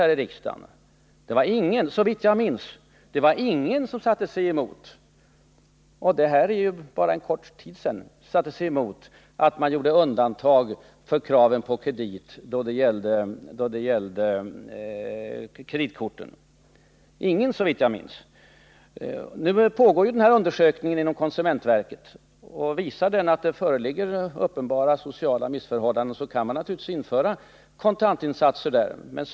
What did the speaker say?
Det skedde för inte så länge sedan. Det var alltså ingen som satte sig emot att man i denna lag skulle göra undantag när det gällde kreditkorten från de krav som ställs på kontantbetalning. Det pågår nu en undersökning inom konsumentverket, och man kan om den visar att det föreligger uppenbara sociala missförhållanden på detta område naturligtvis införa kontantinsatser även i detta sammanhang.